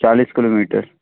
चालीस किलोमीटर